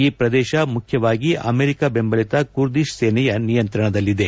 ಈ ಪ್ರದೇತ ಮುಖ್ಲವಾಗಿ ಅಮೆರಿಕ ಬೆಂಬಲಿತ ಕುರ್ದಿತ್ ಸೇನೆಯ ನಿಯಂತ್ರಣದಲ್ಲಿದೆ